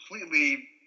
completely